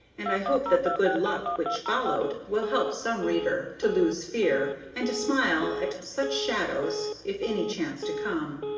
and i hope that the good luck which followed will help some reader to lose fear, and to smile at such shadows if any chance to come.